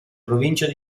provincia